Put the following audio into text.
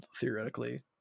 theoretically